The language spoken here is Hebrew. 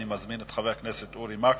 אני מזמין את חבר הכנסת אורי מקלב.